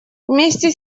вместе